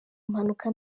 mpanuka